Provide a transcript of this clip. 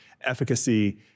efficacy